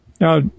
Now